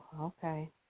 okay